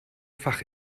fach